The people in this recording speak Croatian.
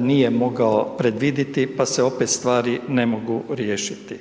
nije mogao predviditi pa se opet stvari ne mogu riješiti.